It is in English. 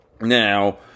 Now